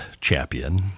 champion